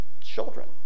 children